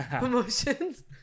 emotions